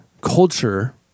culture